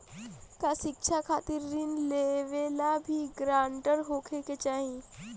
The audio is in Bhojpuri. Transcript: का शिक्षा खातिर ऋण लेवेला भी ग्रानटर होखे के चाही?